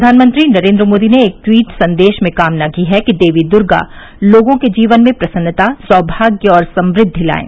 प्रधानमंत्री नरेन्द्र मोदी ने एक ट्वीट संदेश में कामना की है कि देवी दुर्गा लोगों के जीवन में प्रसन्नता सौभाग्य और समृद्धि लाएं